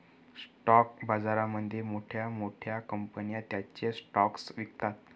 stock बाजारामध्ये मोठ्या मोठ्या कंपन्या त्यांचे स्टॉक्स विकतात